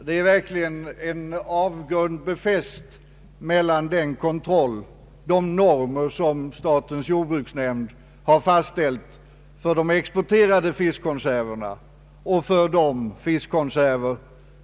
Det är verkligen en avgrund befäst mellan de normer för kontroll som statens jordbruksnämnd har fastställt för de exporterade fiskkonserverna och för de